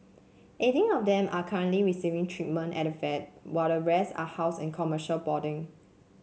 eighteen of them are currently receiving treatment at the vet while the rest are housed in commercial boarding